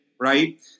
right